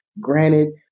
granted